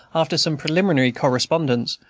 after some preliminary correspondence,